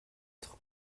être